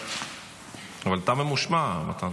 אבל אתה ממושמע, מתן.